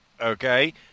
okay